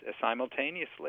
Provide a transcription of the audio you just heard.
simultaneously